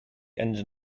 engine